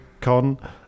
Con